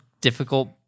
difficult